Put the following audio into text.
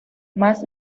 más